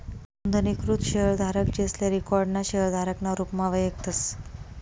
नोंदणीकृत शेयरधारक, जेसले रिकाॅर्ड ना शेयरधारक ना रुपमा वयखतस